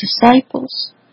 disciples